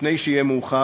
לפני שיהיה מאוחר,